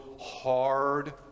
hard